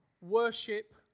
worship